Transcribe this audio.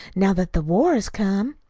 now that the war has come.